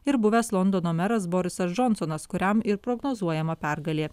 ir buvęs londono meras borisas džonsonas kuriam ir prognozuojama pergalė